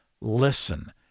listen